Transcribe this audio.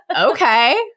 okay